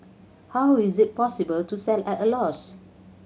how is it possible to sell at a loss